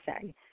say